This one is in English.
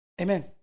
Amen